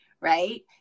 right